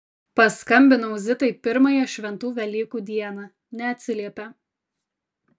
paskambinau zitai pirmąją šventų velykų dieną neatsiliepia